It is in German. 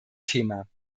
thema